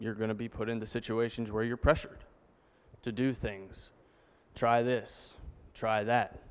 you're going to be put into situations where you're pressured to do things try this try that